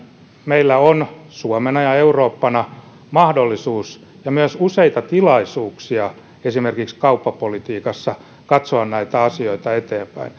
meillä on suomena ja eurooppana mahdollisuus ja myös useita tilaisuuksia esimerkiksi kauppapolitiikassa katsoa näitä asioita eteenpäin